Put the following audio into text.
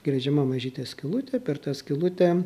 gręžiama mažytė skylutė per tą skylutę